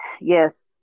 Yes